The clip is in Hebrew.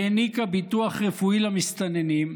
העניקה ביטוח רפואי למסתננים,